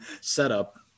setup